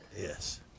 Yes